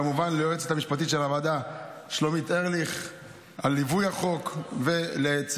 כמובן ליועצת המשפטית של הוועדה שלומית ארליך על ליווי החוק,